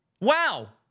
Wow